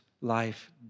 life